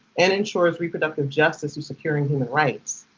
and ensures reproductive justice for securing human rights.